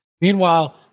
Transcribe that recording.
Meanwhile